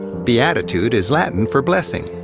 beatitude is latin for blessing.